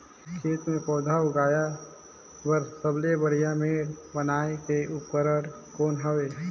खेत मे पौधा उगाया बर सबले बढ़िया मेड़ बनाय के उपकरण कौन हवे?